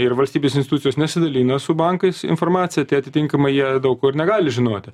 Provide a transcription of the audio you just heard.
ir valstybės institucijos nesidalina su bankais informacija tai atitinkamai jie daug ko ir negali žinoti